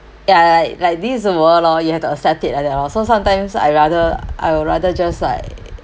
ya like like these the world loh you have to accept it like that loh so sometimes I rather I would rather just like